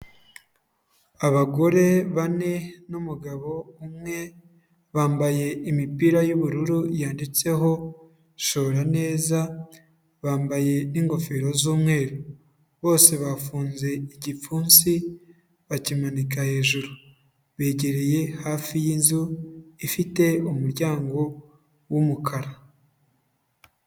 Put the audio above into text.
Abagore bane n'umugabo umwe, bambaye imipira y'ubururu yanditseho shora neza, bambaye n'ingofero z'umweru, bose bafunze igipfunsi bakimanika hejuru, begereye hafi y'inzu ifite umuryango w'umukara.